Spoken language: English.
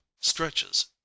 stretches